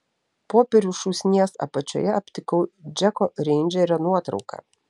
popierių šūsnies apačioje aptikau džeko reindžerio nuotrauką